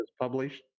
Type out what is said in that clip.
published